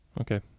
Okay